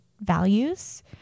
values